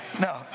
No